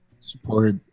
support